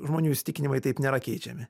žmonių įsitikinimai taip nėra keičiami